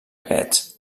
aquests